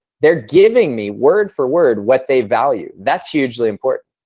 they're giving me, word-for-word, what they value. that's hugely important.